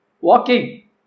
Walking